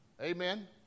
Amen